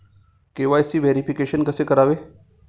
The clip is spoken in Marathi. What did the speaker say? के.वाय.सी व्हेरिफिकेशन कसे करावे?